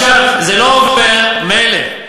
זה לא עובר, מילא.